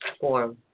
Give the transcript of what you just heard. form